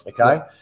Okay